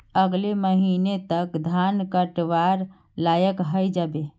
अगले महीने तक धान कटवार लायक हई जा बे